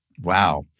Wow